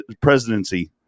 Presidency